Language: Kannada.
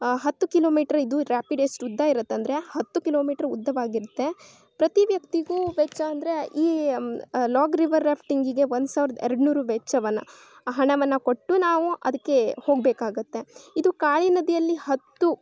ಹತ್ತು ಕಿಲೋಮೀಟ್ರ್ ಇದು ರ್ಯಾಪಿಡ್ ಎಷ್ಟು ಉದ್ದ ಇರತ್ತೆ ಅಂದರೆ ಹತ್ತು ಕಿಲೋಮೀಟ್ರ್ ಉದ್ದವಾಗಿರುತ್ತೆ ಪ್ರತಿ ವ್ಯಕ್ತಿಗು ವೆಚ್ಚ ಅಂದರೆ ಈ ಲಾಗ್ ರಿವರ್ ರ್ಯಾಫ್ಟಿಂಗಿಗೆ ಒಂದು ಸಾವಿರದ ಎರಡು ನೂರು ವೆಚ್ಚವನ್ನು ಆ ಹಣವನ್ನು ಕೊಟ್ಟು ನಾವು ಅದಕ್ಕೆ ಹೋಗಬೇಕಾಗತ್ತೆ ಇದು ಕಾಳಿ ನದಿಯಲ್ಲಿ ಹತ್ತು